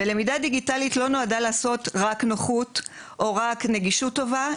למידה דיגיטלית לא נועדה לעשות רק נוחות או רק נגישות טובה,